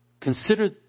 Consider